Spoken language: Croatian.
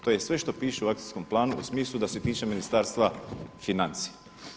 To je sve što piše u akcijskom planu u smislu da se tiče Ministarstva financija.